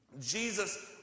Jesus